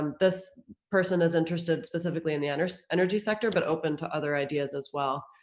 um this person is interested specifically in the energy energy sector, but open to other ideas as well.